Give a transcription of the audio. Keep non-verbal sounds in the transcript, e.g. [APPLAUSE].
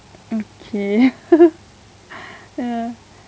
okay [LAUGHS]